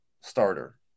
starter